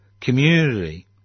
community